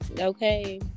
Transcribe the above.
Okay